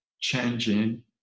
changing